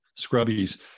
Scrubbies